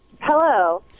Hello